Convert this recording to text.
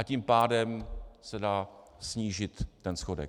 Tím pádem se dá snížit ten schodek.